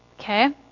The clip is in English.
Okay